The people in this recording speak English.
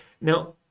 now